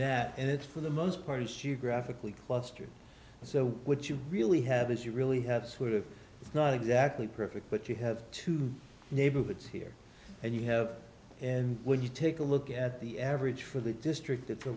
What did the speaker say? that and it's for the most part is geographically clustered so what you really have is you really have sort of it's not exactly perfect but you have two neighborhoods here and you have and when you take a look at the average for the district